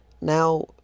Now